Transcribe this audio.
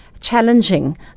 challenging